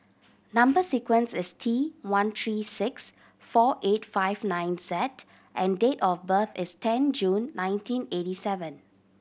number sequence is T one three six four eight five nine Z and date of birth is ten June nineteen eighty seven